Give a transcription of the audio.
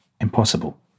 impossible